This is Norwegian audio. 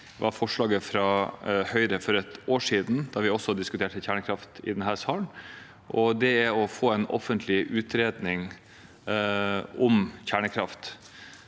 som var forslaget fra Høyre for et år siden, da vi også diskuterte kjernekraft i denne salen, om å få en offentlig utredning om kjernekraft.